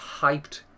hyped